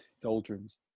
doldrums